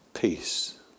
Peace